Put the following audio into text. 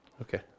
Okay